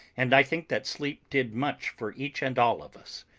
and i think that sleep did much for each and all of us.